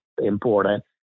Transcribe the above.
important